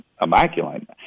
immaculate